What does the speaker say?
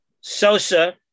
Sosa